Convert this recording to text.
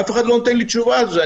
אף אחד לא נותן לי תשובה על זה.